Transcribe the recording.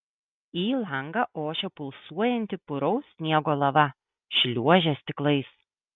į langą ošė pulsuojanti puraus sniego lava šliuožė stiklais